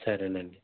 సరేనండి